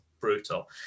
brutal